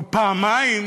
ופעמיים,